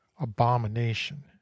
abomination